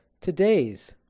today's